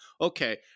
Okay